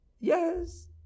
yes